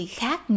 khác